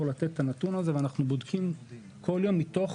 לתת את הנתון הזה ואנחנו בודקים כל יום מתוך